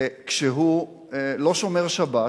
כשהוא לא שומר שבת,